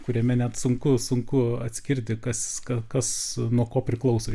kuriame net sunku sunku atskirti kas kas nuo ko priklauso